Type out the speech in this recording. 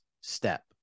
step